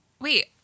Wait